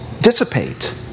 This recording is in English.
dissipate